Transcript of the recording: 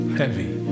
heavy